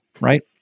Right